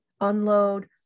unload